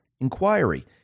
inquiry